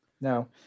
No